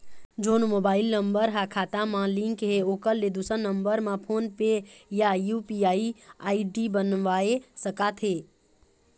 जोन mobile number हा खाता मा लिन्क हे ओकर ले दुसर नंबर मा फोन पे या यू.पी.आई आई.डी बनवाए सका थे?